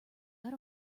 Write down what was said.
out